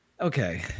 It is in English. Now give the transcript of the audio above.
okay